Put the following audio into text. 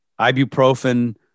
ibuprofen